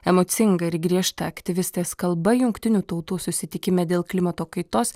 emocinga ir griežta aktyvistės kalba jungtinių tautų susitikime dėl klimato kaitos